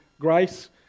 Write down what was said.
grace